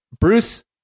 Bruce